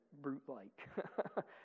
brute-like